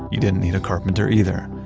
you didn't need a carpenter either.